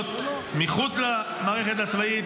להיות מחוץ למערכת הצבאית,